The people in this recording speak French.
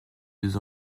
deux